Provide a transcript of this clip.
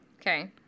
Okay